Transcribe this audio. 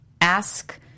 ask